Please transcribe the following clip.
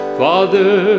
father